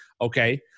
Okay